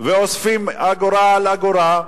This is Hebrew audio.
ואוספים אגורה לאגורה.